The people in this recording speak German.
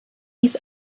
dies